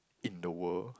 in the world